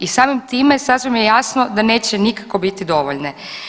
I samim time sasvim je jasno da neće nikako biti dovoljno.